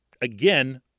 Again